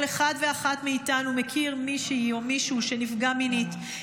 כל אחד ואחת מאיתנו מכיר מישהי או מישהו שנפגע מינית,